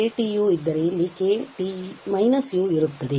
ಆದ್ದರಿಂದ ಈ ರೀತಿ Kt u ಇದ್ದರೆ ಇಲ್ಲಿ Kt − u ಇರುತ್ತದೆ